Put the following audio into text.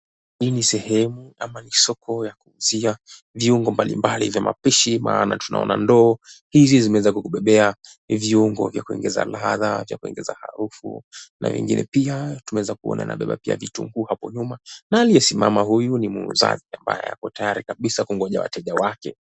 Hii ni sehemu ama ni soko ya kuuzia viungu mbalimbali vya mapishi maana tunaona ndoo, hizi zimeweza kubebea viungo vya kuongeza laadha cha kuongeza harufu na wengine pia tunaweza kuona pia vitungu hapo nyuma na aliyesimama ni muuzaji ambaye ako tayari kungoja wateja wake.